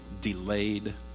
delayed